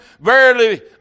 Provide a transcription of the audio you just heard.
Verily